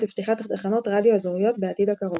לפתיחת תחנות רדיו אזוריות בעתיד הקרוב.